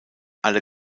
alle